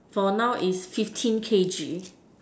for now is fifty kg